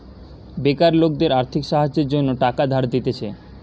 বেকার লোকদের আর্থিক সাহায্যের জন্য টাকা ধার দিতেছে